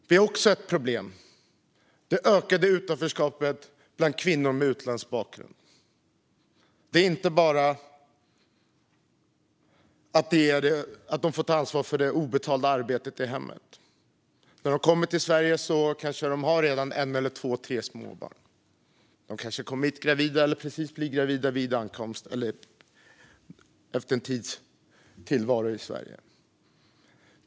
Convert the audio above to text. Vi har också problem med det ökade utanförskapet bland kvinnor med utländsk bakgrund. Det är inte bara fråga om att de får ta ansvar för det obetalda arbetet i hemmet. När de kommer till Sverige kanske de redan har ett, två eller tre småbarn. De kanske kom hit gravida eller blev gravida efter en tids tillvaro i Sverige.